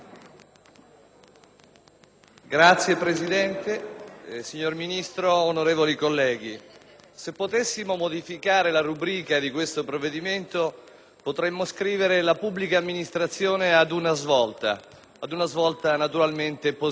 Signor Presidente, signor Ministro, onorevoli colleghi, se potessi modificare la rubrica di questo provvedimento potremmo scrivere che la pubblica amministrazione è ad una svolta, naturalmente positiva.